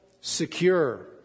secure